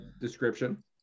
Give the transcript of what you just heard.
description